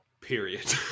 Period